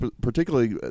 particularly